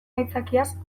aitzakiaz